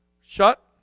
Shut